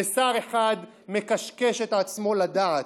ושר אחד מקשקש את עצמו לדעת,